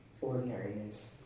ordinariness